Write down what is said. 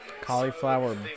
Cauliflower